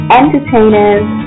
entertainers